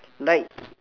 like